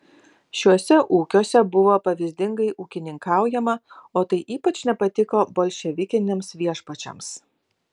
šiuose ūkiuose buvo pavyzdingai ūkininkaujama o tai ypač nepatiko bolševikiniams viešpačiams